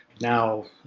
now,